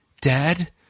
Dad